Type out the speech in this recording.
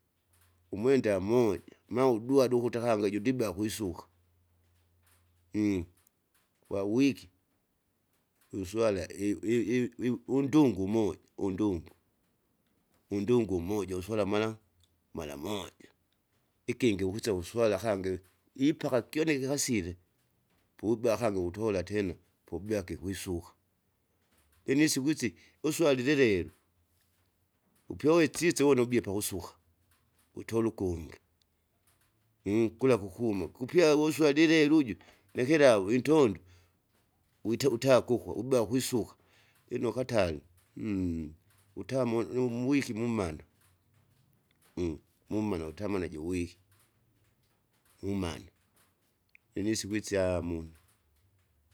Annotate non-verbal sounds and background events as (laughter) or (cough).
Umwenda moja maudwada ukuta kangi judibea kuisuka, (hesitation) kwawiki, unswala i- i- iu- iwu- undungu moja undungu. Undungu mmoja uswala mala- malamoja, ikingi wisa wiswala akangi ipaka kione kikasive, pu ubaa kangi ukutola ukutola tena poubyake kuisuka, lino isiku isi uswali lilelo, upyo uwesiso uwona ubie pakusuka. Utole ugungi (hesitation) gula kukuma kupya wouswalile uju ndakiliwu vintondu, wite uta kukwa ubea kwisuka, lino katali (hesitation) utamo iumuwiki mumana (noise) (hesitation) mumana utamwe najiwiki, mumana, (noise) lino isiku isyamunu. (noise)